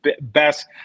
best